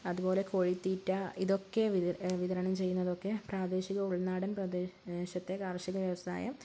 അതുപോലെ കോഴിതീറ്റ ഇതൊക്കെ വിതരണം ചെയ്യുന്നതൊക്കെ പ്രാദേശിക ഉൾനാടൻ പ്രദേശത്തെ കാർഷിക വ്യവസായം